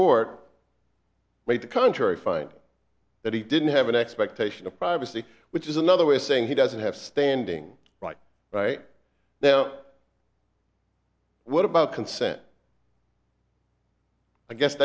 court made the contrary finding that he didn't have an expectation of privacy which is another way of saying he doesn't have standing right right now what about consent i guess